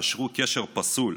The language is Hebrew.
קשרו קשר פסול,